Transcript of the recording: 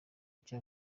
icyo